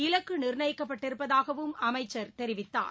இலக்கு நிர்ணயிக்கப்பட்டிருப்பதாகவும் அமைச்சர் தெரிவித்தார்